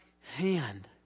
hand